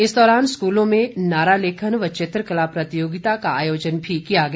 इस दौरान स्कूलों में नारा लेखन व चित्रकला प्रतियोगिता का आयोजन भी किया गया